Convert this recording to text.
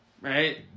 Right